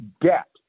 debt